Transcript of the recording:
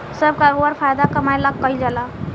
सब करोबार फायदा कमाए ला कईल जाल